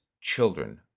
children